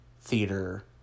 theater